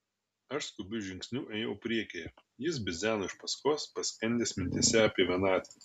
aš skubiu žingsniu ėjau priekyje jis bidzeno iš paskos paskendęs mintyse apie vienatvę